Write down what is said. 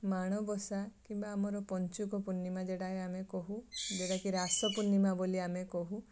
ମାଣବସା କିମ୍ବା ଆମର ପଞ୍ଚୁକ ପୂର୍ଣ୍ଣିମା ଯେଉଁଟା କି ଆମେ କହୁ ଯେଉଁଟାକି ରାସ ପୂର୍ଣ୍ଣିମା ବୋଲି ଆମେ କହୁ